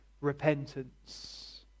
repentance